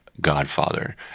godfather